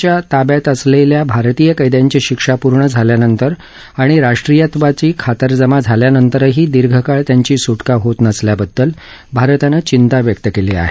पाकिस्तानतच्या ताब्यात असलेल्या भारतीय कैद्यांची शिक्षा पूर्ण झाल्यानंतर आणि राष्ट्रियत्वाची खातरजमा झाल्यानंतरही दीर्घकाळ त्याची सुटका होत नसल्याबद्दल भारतानं चिंता व्यक्त केली आहे